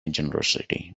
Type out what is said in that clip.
generosity